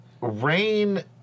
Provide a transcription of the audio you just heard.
rain